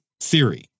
Theory